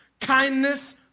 kindness